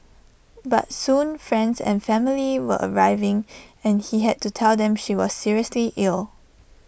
but soon friends and family were arriving and he had to tell them she was seriously ill